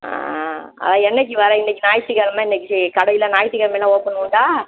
ஆ அதை என்றைக்கி வர இன்றைக்கி ஞாயிற்றுக்கெழமை இன்றைக்கி கடையில் ஞாயிற்றுக்கெழமை எல்லாம் ஓப்பன் உண்டா